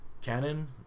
canon